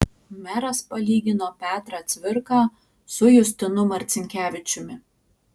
meras palygino petrą cvirką su justinu marcinkevičiumi